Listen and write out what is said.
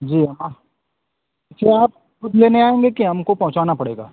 जी हाँ क्या आप खुद लेने आएँगे कि हमको पहुँचना पड़ेगा